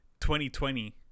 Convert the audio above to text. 2020